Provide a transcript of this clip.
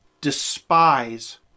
despise